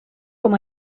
com